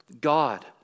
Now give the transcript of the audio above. God